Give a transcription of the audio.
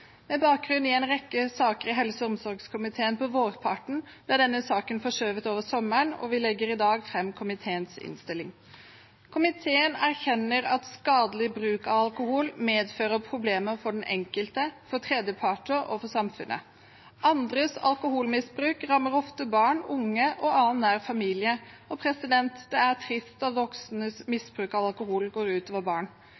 Med bakgrunn i en rekke saker i helse- og omsorgskomiteen på vårparten ble denne saken forskjøvet over sommeren, og vi legger i dag fram komiteens innstilling. Komiteen erkjenner at skadelig bruk av alkohol medfører problemer for den enkelte, for tredjeparter og for samfunnet. Andres alkoholmisbruk rammer ofte barn, unge og annen nær familie. Det er trist